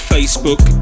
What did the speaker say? Facebook